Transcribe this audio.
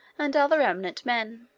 and other eminent men.